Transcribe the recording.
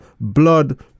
blood